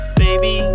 baby